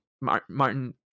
martin